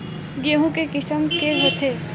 गेहूं के किसम के होथे?